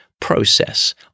process